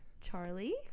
Charlie